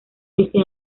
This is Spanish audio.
ese